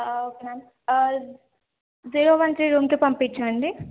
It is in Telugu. okay ma'am zero one G రూమ్కి పంపించండి